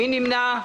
מי נמנע?